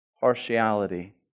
partiality